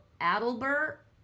Adelbert